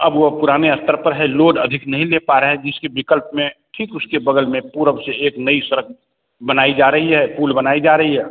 अब वह पुराने स्तर पर है लोड अधिक नहीं ले पा रहा है जिसके विकल्प में ठीक उसके बग़ल में पूर्व से एक नई सड़क बनाई जा रही है पूल बनाया जा रहा है